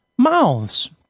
mouths